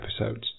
episodes